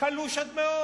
קלוש עד מאוד,